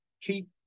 Keep